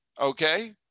Okay